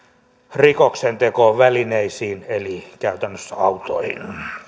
rikoksentekovälineisiin eli käytännössä autoihin